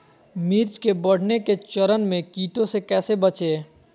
मिर्च के बढ़ने के चरण में कीटों से कैसे बचये?